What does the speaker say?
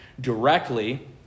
directly